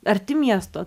arti miesto